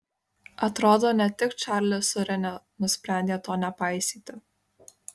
atrodo ne tik čarlis su rene nusprendė to nepaisyti